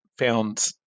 found